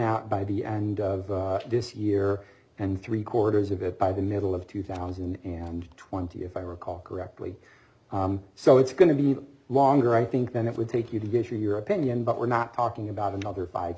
out by the and disuse here and three quarters of it by the middle of two thousand and twenty if i recall correctly so it's going to be longer i think than it would take you to get your opinion but we're not talking about another five